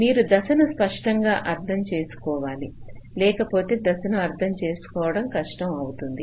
మీరు దశను స్పష్టంగా అర్థం చేసుకోవాలి లేకపోతే దశను అర్థం చేసుకోవడం కష్టం అవుతుంది